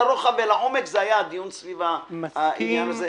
לרוחב ולעומק היה הדיון סביב העניין הזה.